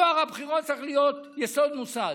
טוהר הבחירות צריך להיות יסוד מוסד,